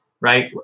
Right